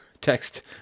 text